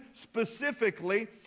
specifically